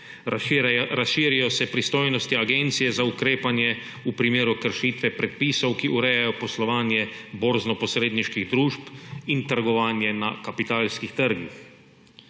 razširijo se pristojnosti agencije za ukrepanje v primeru kršitve predpisov, ki urejajo poslovanje borznoposredniških družb in trgovanje na kapitalskih trgih;